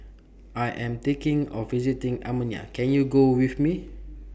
I Am thinking of visiting Armenia Can YOU Go with Me